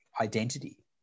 identity